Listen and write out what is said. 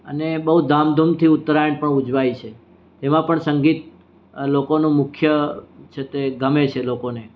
અને બહુ ધામધૂમથી ઉત્તરાયણ પણ ઉજવાય છે તેવા પણ સંગીત લોકોનું મુખ્ય છે તે ગમે તે લોકોને